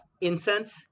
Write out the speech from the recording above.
incense